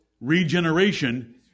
regeneration